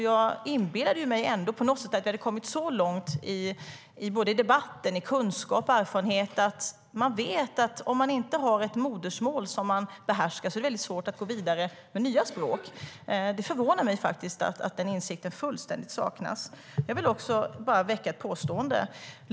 Jag inbillade mig ändå på något sätt att vi hade kommit så långt både i debatten och i kunskap och erfarenhet att vi vet att om man inte har ett modersmål som man behärskar är det väldigt svårt att gå vidare med nya språk. Det förvånar mig att den insikten fullständigt saknas. Jag vill också göra ett påstående.